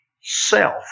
self